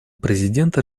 президента